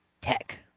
tech